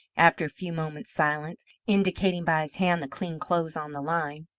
after a few moments' silence, indicating by his hand the clean clothes on the line.